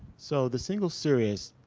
so the single series,